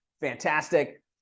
fantastic